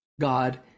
God